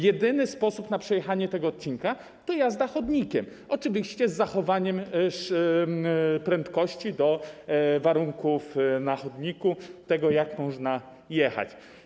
Jedyny sposób na przejechanie tego odcinka to jazda chodnikiem, oczywiście z dostosowaniem prędkości do warunków na chodniku, tego, jak można jechać.